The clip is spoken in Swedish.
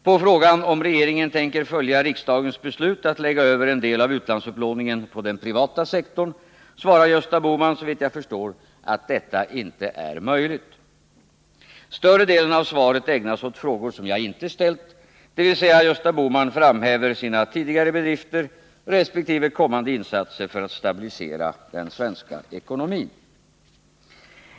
På frågan om regeringen tänker följa riksdagens beslut att lägga över en del av utlandsupplåningen på den privata sektorn svarar Gösta Bohman, såvitt jag förstår, att detta inte är möjligt. Större delen av svaret ägnas åt frågor som jag inte har ställt: Gösta Bohman framhäver sina tidigare bedrifter och kommande insatser för att stabilisera den svenska ekonomin.